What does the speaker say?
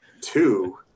Two